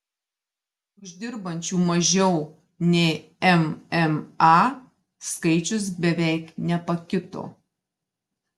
uždirbančių mažiau nei mma skaičius beveik nepakito